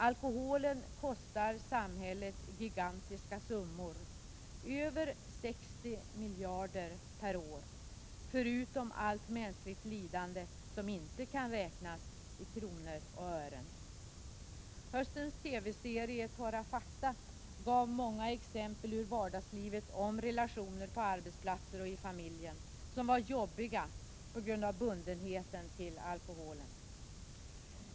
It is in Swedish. Alkoholen kostar samhället gigantiska summor — över 60 miljarder per år, förutom allt mänskligt lidande som inte kan räknas i kronor och ören. Höstens TV-serie Torra fakta gav många exempel ur vardagslivet om relationer på arbetsplatser och i familjer som var jobbiga på grund av bundenheten till alkoholen.